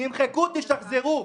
נמחקו תשחזרו.